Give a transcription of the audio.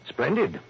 Splendid